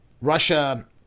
Russia